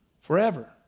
forever